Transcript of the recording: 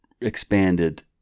expanded